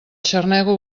xarnego